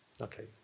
Okay